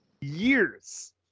years